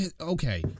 Okay